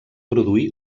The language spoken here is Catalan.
produir